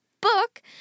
book